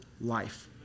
life